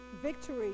victory